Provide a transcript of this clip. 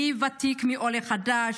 מי ותיק ומי עולה חדש,